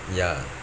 ya